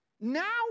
Now